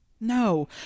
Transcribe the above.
No